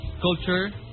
culture